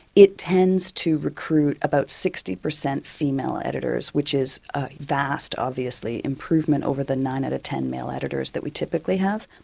it tends to recruit about sixty percent female editors, which is a vast obviously improvement over the nine out of ten male editors that we typically have.